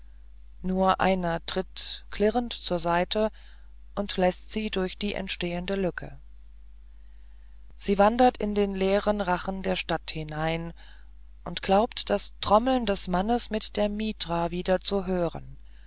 nur einer tritt klirrend zur seite und läßt sie durch die entstehende lücke sie wandert in den leeren rachen der stadt hinein und glaubt das trommeln des mannes mit der mitra wieder zu hören